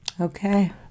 Okay